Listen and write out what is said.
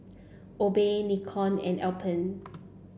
Obey Nikon and Alpen